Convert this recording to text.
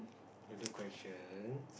other question